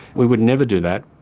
we would never do that.